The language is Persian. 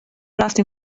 رفتیم